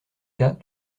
cas